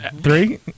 Three